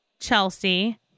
Chelsea